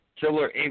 Killer